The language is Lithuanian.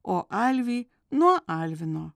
o alvį nuo alvino